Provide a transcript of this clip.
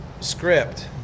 script